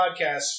podcast